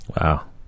Wow